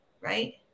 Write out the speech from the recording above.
right